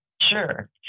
Sure